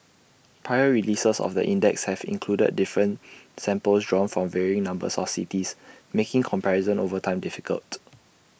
prior releases of the index have included different samples drawn from varying numbers of cities making comparison over time difficult